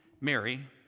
Mary